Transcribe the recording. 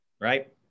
right